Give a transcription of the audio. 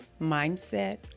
mindset